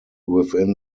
within